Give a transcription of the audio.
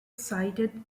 sighted